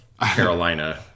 Carolina